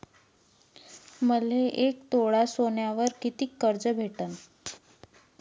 मले एक तोळा सोन्यावर कितीक कर्ज भेटन?